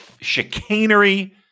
chicanery